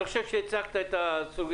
אני חושב שהצגת טוב את הבעיה.